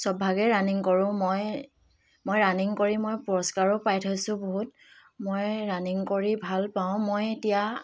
চব ভাগেই ৰাণিং কৰোঁ মই মই ৰাণিং কৰি মই পুৰস্কাৰো পাই থৈছোঁ বহুত মই ৰাণিং কৰি ভাল পাওঁ মই এতিয়া